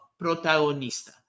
protagonista